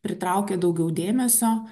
pritraukia daugiau dėmesio